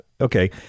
Okay